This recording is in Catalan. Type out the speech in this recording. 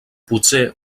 potser